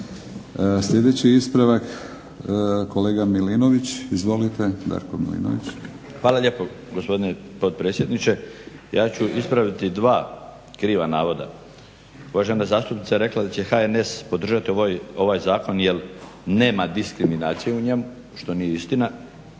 Sljedeći ispravak, kolega Darko Milinović. Izvolite. **Milinović, Darko (HDZ)** Hvala lijepo, gospodine potpredsjedniče. Ja ću ispraviti dva kriva navoda. Uvažena zastupnica je rekla da će HNS podržati ovaj zakon jer nema diskriminacije u njemu što nije istina.